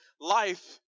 life